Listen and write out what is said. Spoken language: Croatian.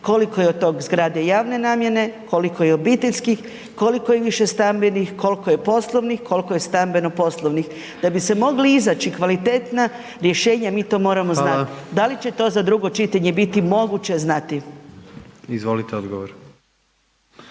koliko je od tih zgrada javne namjene, koliko je obiteljskih, koliko je više stambenih, koliko je stambenih, koliko je stambeno-poslovnih. Da bi se mogla iznaći kvalitetna rješenja mi to moramo znati, da li će to za drugo čitanje biti moguće znati? **Jandroković,